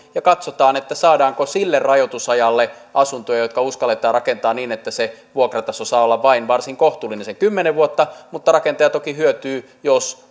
ja katsotaan saadaanko sille rajoitusajalle asuntoja jotka uskalletaan rakentaa niin että se vuokrataso saa olla vain varsin kohtuullinen sen kymmenen vuotta mutta rakentaja toki hyötyy jos